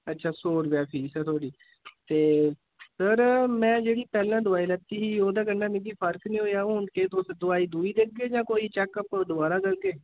अच्छा सौ रपेआ फीस ऐ थुआढ़ी ते सर मैं जेह्ड़ी पैह्ले दवाई लैती ओह्दे कन्नै मिगी फर्क नि होया हून केह् तुस दवाई दूई देगे जां कोई चेकअप दबारा करगे